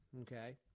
okay